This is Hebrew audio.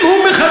אם הוא מחבל,